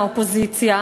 מהאופוזיציה